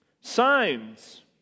Signs